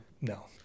No